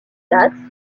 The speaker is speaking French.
dates